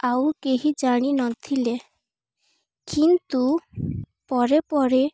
ଆଉ କେହି ଜାଣିନଥିଲେ କିନ୍ତୁ ପରେ ପରେ